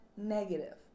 negative